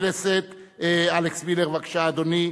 חבר הכנסת אלכס מילר, בבקשה, אדוני.